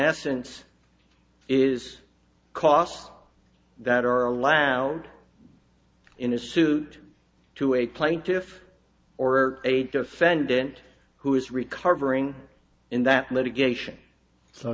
essence is costs that are allowed in a suit to a plaintiff's or a defendant who is recovering in that litigation so